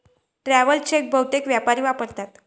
travel cheque बहुतेक व्यापारी वापरतात